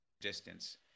distance